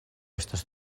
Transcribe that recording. estas